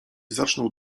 zaczną